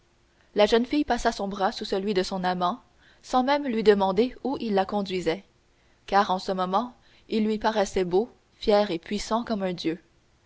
la jeune fille passa son bras sous celui de son amant sans même lui demander où il la conduisait car en ce moment il lui paraissait beau fier et puissant comme un dieu